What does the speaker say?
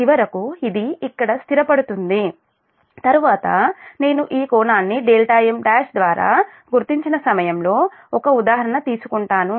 కాబట్టి చివరకు ఇది ఇక్కడ స్థిరపడుతుంది తరువాత నేను ఈ కోణాన్నిm1 ద్వారా గుర్తించిన సమయంలో ఒక ఉదాహరణ తీసుకుంటాను